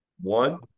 One